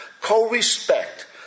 co-respect